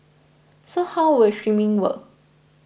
so how will streaming work